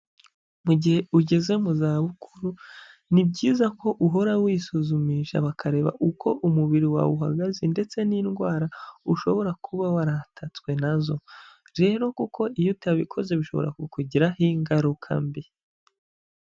Mu gihe ugeze mu za bukuru, ni byiza ko uhora wisuzumisha bakareba uko umubiri wawe uhagaze ndetse n'indwara ushobora kuba waratatswe na zo, rero kuko iyo utabikoze bishobora kukugiraho ingaruka mbi.